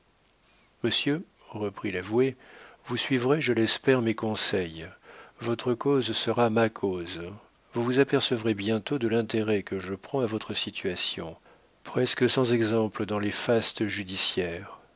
monsieur reprit l'avoué vous suivrez je l'espère mes conseils votre cause sera ma cause vous vous apercevrez bientôt de l'intérêt que je prends à votre situation presque sans exemple dans les fastes judiciaires